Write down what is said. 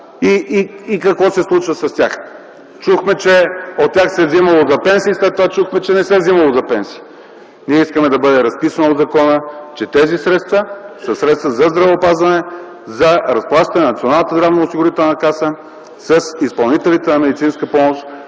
и какво се случва с тях. Чухме, че от тях се взимало за пенсии, след това чухме, че не се взимало за пенсии! Ние искаме да бъде разписано в закона, че тези средства са средства за здравеопазване, за разплащане на Националната